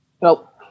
Nope